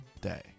day